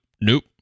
nope